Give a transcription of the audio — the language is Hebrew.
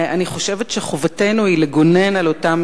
אני חושבת שחובתנו היא לגונן על אותם